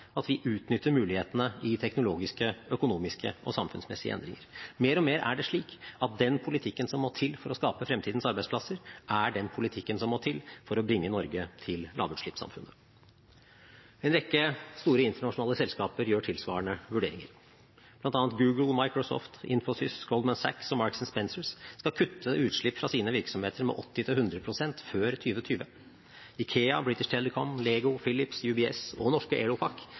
at vi utnytter mulighetene i teknologiske, økonomiske og samfunnsmessige endringer. Mer og mer er det slik at den politikken som må til for å skape fremtidens arbeidsplasser, er den politikken som må til for å bringe Norge til lavutslippssamfunnet. En rekke store internasjonale selskaper gjør tilsvarende vurderinger. Blant andre Google, Microsoft, Infosys, Goldman Sachs og Marks and Spencers skal kutte utslipp fra sine virksomheter med 80–100 pst. før 2020. IKEA, British Telecom, LEGO, Philips, UBS, og norske Elopak